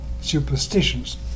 superstitions